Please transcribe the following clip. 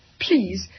please